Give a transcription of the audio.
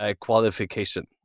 qualification